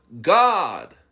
God